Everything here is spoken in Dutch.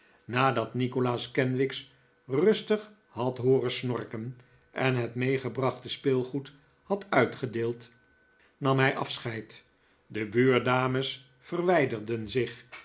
nadat nikolaas kenwigs rustig had hooren snorken en het meegebrachte speelgoed had uitgedeeld nam hij afscheid de buurdames verwijderden zich